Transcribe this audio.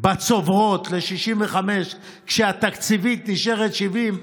בצוברות ל-65% כשהתקציבית נשארת 70,